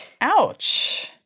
Ouch